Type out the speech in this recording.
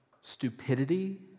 stupidity